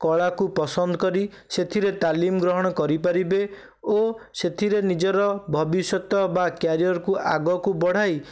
କଳାକୁ ପସନ୍ଦ କରି ସେଥିରେ ତାଲିମ ଗ୍ରହଣ କରିପାରିବେ ଓ ସେଥିରେ ନିଜର ଭବିଷ୍ୟତ ବା କ୍ୟାରିୟରକୁ ଆଗକୁ ବଢ଼ାଇ